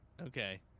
Okay